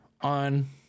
on